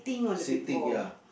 sitting ya